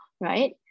right